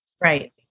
Right